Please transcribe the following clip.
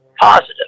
positive